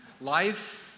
life